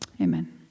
Amen